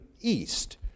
east